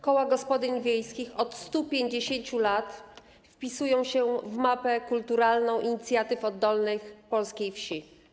Koła gospodyń wiejskich od 150 lat wpisują się w mapę kulturalną inicjatyw oddolnych polskiej wsi.